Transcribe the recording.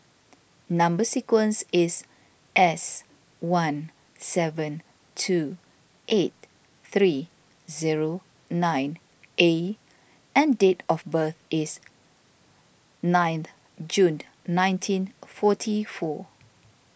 Number Sequence is S one seven two eight three zero nine A and date of birth is nine June nineteen forty four